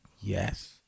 Yes